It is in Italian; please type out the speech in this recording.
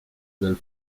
dal